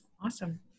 Awesome